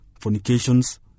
fornications